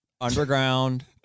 underground